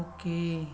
Okay